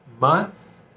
month